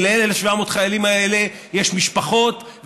כי ל-1,700 החיילים האלה יש משפחות,